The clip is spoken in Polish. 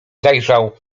zajrzał